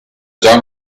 già